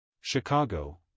Chicago